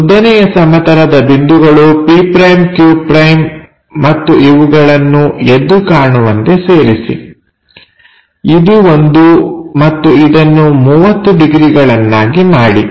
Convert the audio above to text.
ಉದ್ದನೆಯ ಸಮತಲದ ಬಿಂದುಗಳು p'q' ಮತ್ತು ಇವುಗಳನ್ನು ಎದ್ದು ಕಾಣುವಂತೆ ಸೇರಿಸಿ ಇದು ಒಂದು ಮತ್ತು ಇದನ್ನು 30ಡಿಗ್ರಿಗಳನ್ನಾಗಿ ಮಾಡಿ